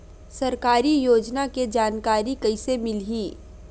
सरकारी योजना के जानकारी कइसे मिलही?